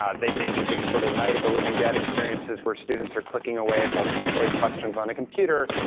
ah they may be just sort of night of the living dead experiences where students are clicking away at multiple choice questions on a computer,